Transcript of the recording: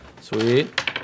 Sweet